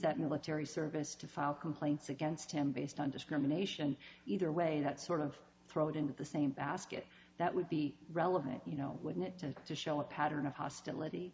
that military service to file complaints against him based on discrimination either way that sort of throw it into the same basket that would be relevant you know wouldn't it tend to show a pattern of hostility